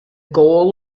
goal